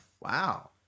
Wow